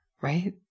right